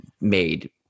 made